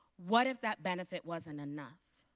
what if that benefit wasn't enough?